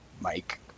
Mike